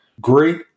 great